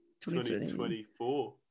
2024